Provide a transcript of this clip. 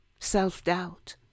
Self-doubt